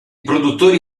produttori